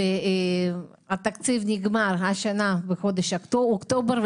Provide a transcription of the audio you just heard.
התקציב נגמר השנה בחודש אוקטובר.